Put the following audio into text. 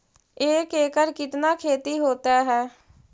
एक एकड़ कितना खेति होता है?